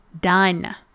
done